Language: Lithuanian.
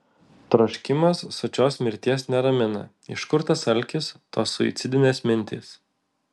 troškimas sočios mirties neramina iš kur tas alkis tos suicidinės mintys